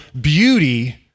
beauty